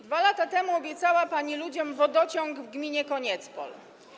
2 lata temu obiecała pani ludziom wodociąg w gminie Koniecpol.